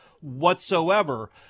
whatsoever